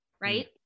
Right